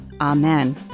amen